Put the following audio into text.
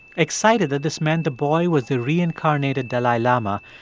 excited that this meant the boy was the reincarnated dalai lama,